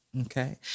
Okay